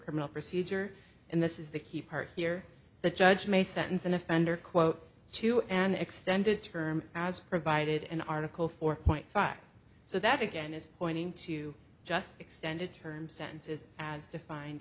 criminal procedure and this is the key part here the judge may sentence an offender quote to an extended term as provided in article four point five so that again is pointing to just extended term sentences a